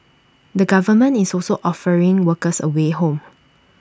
the government is also offering workers A way home